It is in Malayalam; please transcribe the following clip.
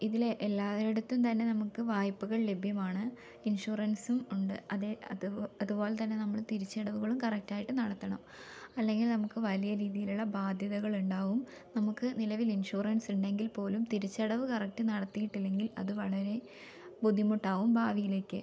ഇതില് എല്ലാവരുടെ അടുത്തും തന്നെ നമുക്ക് വായ്പുകൾ ലഭ്യമാണ് ഇൻഷുറൻസും ഉണ്ട് അതെ അതുപോലെ അതുപോലെ തന്നെ നമ്മള് തിരിച്ചടവുകളും കറക്റ്റായിട്ട് നടത്തണം അല്ലെങ്കിൽ നമുക്ക് വലിയ രീതിയിലുള്ള ബാധ്യതകൾ ഉണ്ടാകും നമുക്ക് നിലവിൽ ഇൻഷുറൻസ് ഉണ്ടെങ്കിൽ പോലും തിരിച്ചടവ് കറക്റ്റ് നടത്തിയിട്ടില്ലെങ്കിൽ അത് വളരെ ബുദ്ധിമുട്ടാവും ഭാവിയിലേക്ക്